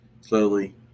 Slowly